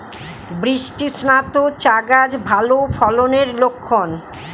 বৃষ্টিস্নাত চা গাছ ভালো ফলনের লক্ষন